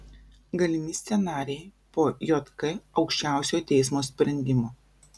galimi scenarijai po jk aukščiausiojo teismo sprendimo